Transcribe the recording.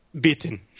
beaten